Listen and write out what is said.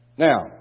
Now